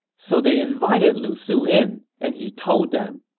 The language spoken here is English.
so they invited lu su in, and he told them,